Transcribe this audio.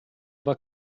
war